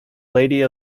lady